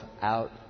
out